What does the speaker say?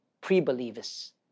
pre-believers